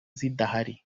zidahari